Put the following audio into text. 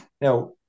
Now